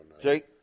Jake